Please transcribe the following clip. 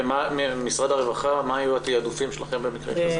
משרד הרווחה, מה יהיו התיעדופים שלכם במקרה כזה?